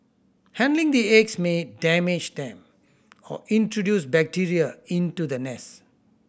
handling the eggs may damage them or introduce bacteria into the nest